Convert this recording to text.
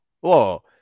Whoa